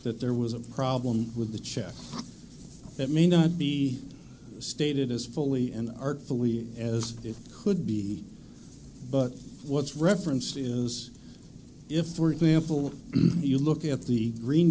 that there was a problem with the checks that may not be stated as fully and artfully as it could be but what's referenced is if for example you look at the green